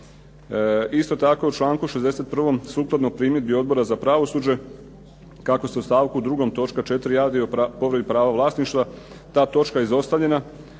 Isto tako u članku 61. sukladno primjedbi Odbora za pravosuđe kako se u stavku 2. točka 4. radi o povredi prava vlasništva ta točka je izostavljena